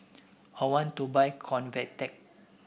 I want to buy Convatec